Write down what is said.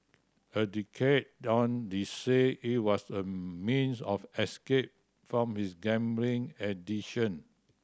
a decade on the say it was a means of escape from his gambling addiction